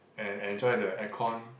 and enjoy the air con